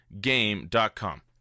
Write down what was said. Game.com